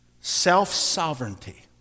self-sovereignty